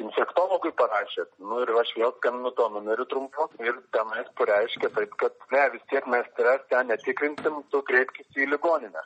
infektologui parašė nu ir aš vėl skambinu tuo numeriu trumpu ir tenais pareiškė taip kad ne vis tiek mes tavęs ten netikrinsim kreipkis į ligoninę